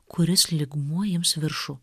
kuris lygmuo ims viršų